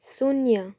शून्य